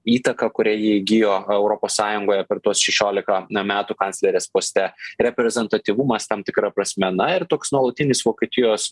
įtaka kurią ji įgijo europos sąjungoje per tuos šešiolika metų kanclerės poste reprezentatyvumas tam tikra prasme na ir toks nuolatinis vokietijos